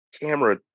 camera